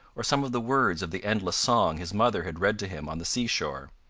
or some of the words of the endless song his mother had read to him on the sea-shore.